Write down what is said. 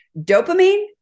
dopamine